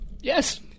Yes